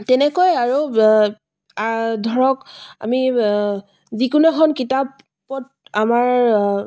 তেনেকৈ আৰু ধৰক আমি যিকোনো এখন কিতাপত আমাৰ